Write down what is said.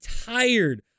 tired